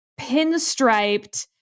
pinstriped